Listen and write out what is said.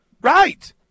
Right